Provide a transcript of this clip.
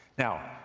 now,